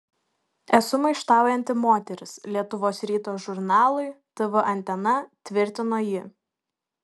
esu maištaujanti moteris lietuvos ryto žurnalui tv antena tvirtino ji